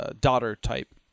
daughter-type